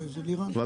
אבל